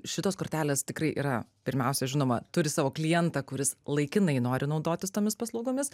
šitos kortelės tikrai yra pirmiausia žinoma turi savo klientą kuris laikinai nori naudotis tomis paslaugomis